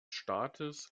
staates